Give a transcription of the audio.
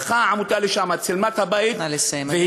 העמותה הלכה לשם, צילמה את הבית, נא לסיים.